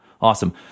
awesome